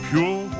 Pure